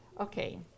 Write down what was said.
Okay